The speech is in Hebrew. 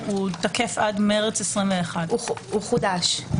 הוא תקף עד מרץ 2021. הוא חודש,